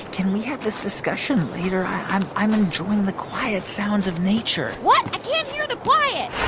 can we have this discussion later? i'm i'm enjoying the quiet sounds of nature what? i can't hear the quiet